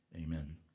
Amen